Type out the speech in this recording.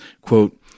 quote